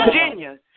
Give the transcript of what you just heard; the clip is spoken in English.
Virginia